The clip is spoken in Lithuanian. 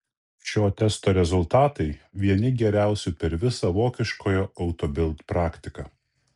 šio testo rezultatai vieni geriausių per visą vokiškojo auto bild praktiką